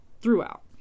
throughout